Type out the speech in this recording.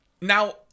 Now